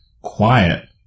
quiet